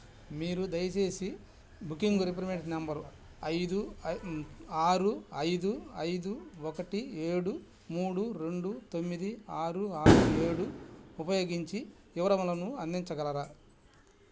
మీరు దయచేసి booking reference number ఐదు ఆరు ఐదు ఐదు ఒకటి ఏడు మూడు రెండు తొమ్మిది ఆరు ఆరు ఏడు ఉపయోగించి వివరములను అందించగలరా